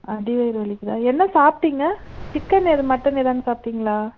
அடி வயிறு வலிக்கிதா என்ன சாப்பிட்டிங்க சிக்கன் எதுவும் மட்டன் எதுவும் சாப்பிட்டிங்ளா